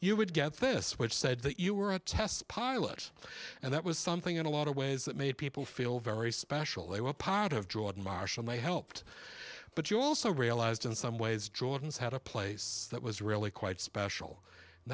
you would get this which said that you were a test pilot and that was something in a lot of ways that made people feel very special a well part of jordan marshall they helped but you also realized in some ways jordan's had a place that was really quite special